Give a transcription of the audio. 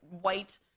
white